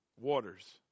waters